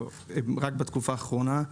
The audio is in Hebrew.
רק בתקופה האחרונה.